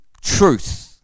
truth